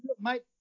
mate